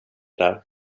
där